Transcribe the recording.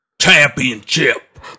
Championship